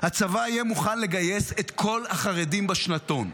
הצבא יהיה מוכן לגייס את כל החרדים בשנתון.